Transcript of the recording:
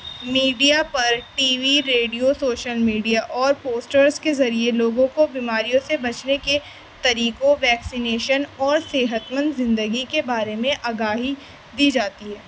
media پر T V radio social media اور posters کے ذریعے لوگوں کو بیماریوں سے بچنے کے طریقوں ویکسینیشن اور صحت مند زندگی کے بارے میں آگاہی دی جاتی ہے